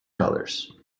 colors